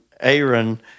Aaron